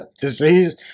Disease